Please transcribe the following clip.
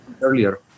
earlier